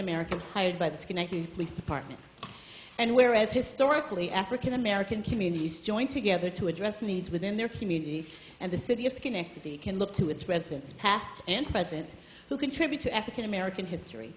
american hired by the police department and where as historically african american communities joined together to address the needs within their community and the city of schenectady can look to its residents past and present who contribute to african american history